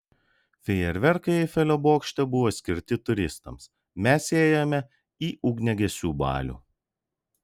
fejerverkai eifelio bokšte buvo skirti turistams mes ėjome į ugniagesių balių